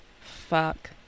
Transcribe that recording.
fuck